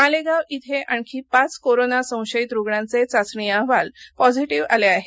मालेगाव इथे आणखी पाच कोरोना संशयित रुग्णांचे चाचणी अहवाल पॅझिटिव्ह आले आहेत